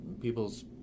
people's